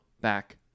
back